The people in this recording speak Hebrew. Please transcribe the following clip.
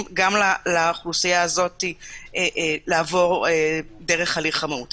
גם לאוכלוסייה הזאת לעבור דרך הליך המהו"ת.